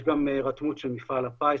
יש גם הירתמות של מפעל הפיס,